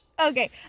Okay